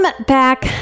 back